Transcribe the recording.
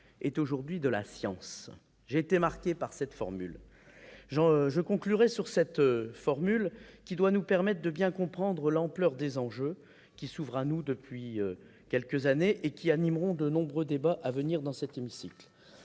est aujourd'hui de la science. » J'ai été marqué par cette formule, par laquelle je tiens à conclure mon propos, car elle doit nous permettre de bien comprendre l'ampleur des enjeux qui s'ouvrent à nous depuis quelques années et qui animeront de nombreux débats à venir dans cet hémicycle.